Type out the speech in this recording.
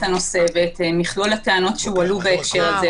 הנושא ואת מכלול הטענות שהועלו בהקשר הזה,